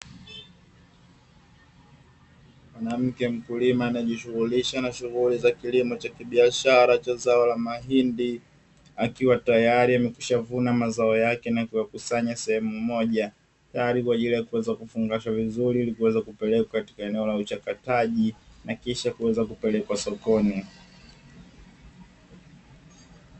Mwanamke mkulima anajishughulisha na shughuli za kilimo cha kibiashara cha zao la mahindi, akiwa tayari amekwishavuna mazao yake na kuyakusanya sehemu moja, tayari kwa ajili ya kuweza kufungashwa vizuri ili kuweza kupelekwa katika eneo la uchakataji na kisha kuweza kupelekwa sokoni.